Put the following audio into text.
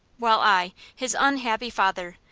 while i, his unhappy father,